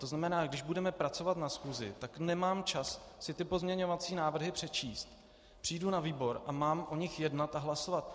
To znamená, když budeme pracovat na schůzi, tak nemám čas si ty pozměňovací návrhy přečíst, přijdu na výbor a mám o nich jednat a hlasovat.